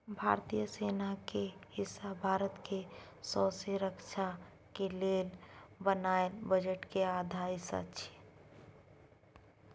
भारतीय सेना के हिस्सा भारत के सौँसे रक्षा के लेल बनायल बजट के आधा हिस्सा छै